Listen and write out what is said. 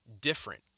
different